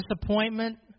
disappointment